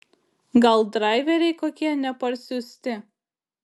gal draiveriai kokie neparsiųsti